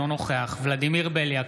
אינו נוכח ולדימיר בליאק,